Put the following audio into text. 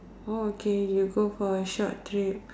oh okay you go for a short trip